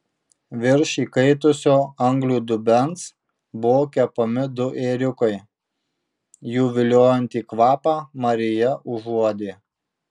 virš įkaitusio anglių dubens buvo kepami du ėriukai jų viliojantį kvapą marija užuodė